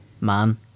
man